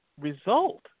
result